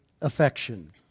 affection